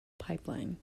pipeline